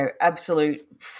absolute